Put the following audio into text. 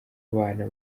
bana